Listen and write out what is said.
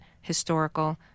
historical